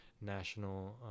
national